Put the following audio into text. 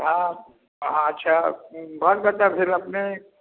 हँ हँ अच्छा घर कतऽ भेल अपनेक